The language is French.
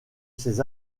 ses